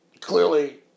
Clearly